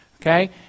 Okay